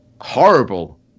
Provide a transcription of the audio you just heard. horrible